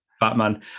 Batman